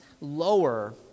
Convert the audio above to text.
lower